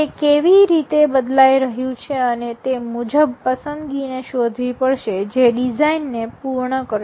તે કેવી રીતે બદલાઈ રહ્યું છે અને તે મુજબ પસંદગીને શોધવી પડશે જે ડિઝાઈનને પૂર્ણ કરશે